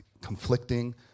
conflicting